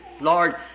Lord